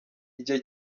igihe